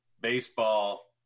baseball